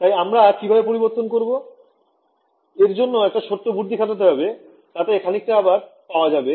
তাই আমরা কিভাবে পরিবর্তন করবো এর জন্য একটা ছোট বুদ্ধি খাটাতে হবে তাতে খানিকটা অবাব পাওয়া যাবে